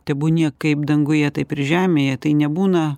tebūnie kaip danguje taip ir žemėje tai nebūna